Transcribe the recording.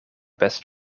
best